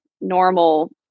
normal